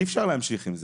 אי אפשר להמשיך עם זה.